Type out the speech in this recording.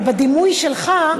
אבל בדימוי שלך,